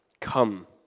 come